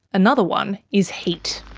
another one is heat.